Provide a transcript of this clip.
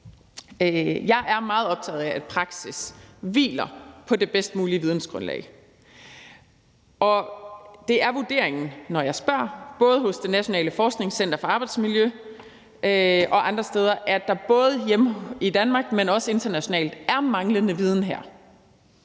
Jeg er meget optaget af, at praksis hviler på det bedst mulige vidensgrundlag, og det er vurderingen, både når jeg spørger hos Det Nationale Forskningscenter for Arbejdsmiljø og andre steder, at der både hjemme i Danmark, men også internationalt er en manglende viden i